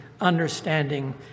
understanding